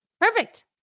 perfect